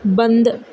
بند